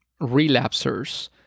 relapsers